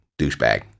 douchebag